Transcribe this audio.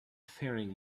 faring